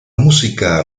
música